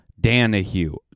Danahue